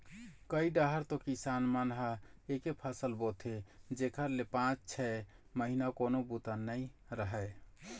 कइ डाहर तो किसान मन ह एके फसल बोथे जेखर ले पाँच छै महिना कोनो बूता नइ रहय